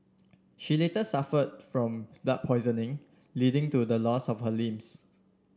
she later suffered from blood poisoning leading to the loss of her limbs